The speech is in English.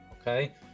okay